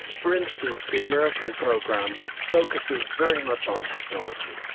for instance, the american program focuses very much on technology.